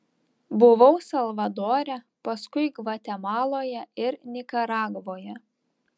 buvau salvadore paskui gvatemaloje ir nikaragvoje